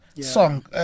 song